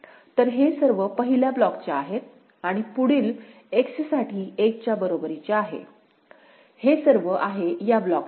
तर हे सर्व पहिल्या ब्लॉकचे आहेत आणि पुढील X साठी 1 च्या बरोबरीचे आहे हे सर्व आहे या ब्लॉकचे